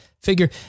figure